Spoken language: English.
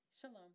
Shalom